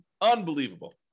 Unbelievable